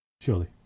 Surely